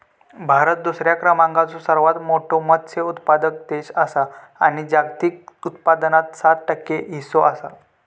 भारत दुसऱ्या क्रमांकाचो सर्वात मोठो मत्स्य उत्पादक देश आसा आणि जागतिक उत्पादनात सात टक्के हीस्सो आसा